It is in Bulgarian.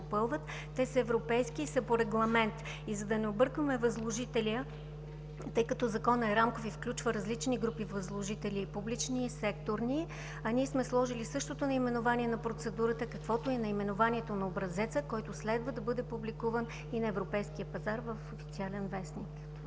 Те са европейски и са по регламент. За да не объркваме възложителя, тъй като Законът е рамков и включва различни групи възложители – и публични и секторни, ние сме сложили същото наименование на процедурата, каквото е и наименованието на образеца, който следва да бъде публикуван и на европейския пазар в „Официален вестник”.